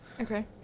Okay